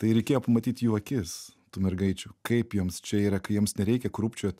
tai reikėjo pamatyt jų akis tų mergaičių kaip joms čia yra kai jiems nereikia krūpčiot